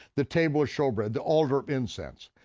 the table of shewbread, the altar incense,